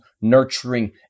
nurturing